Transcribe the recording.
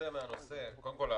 קודם כול,